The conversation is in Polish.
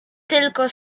tylko